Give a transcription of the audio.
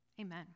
Amen